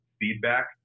feedback